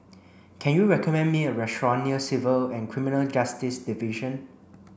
can you recommend me a restaurant near Civil and Criminal Justice Division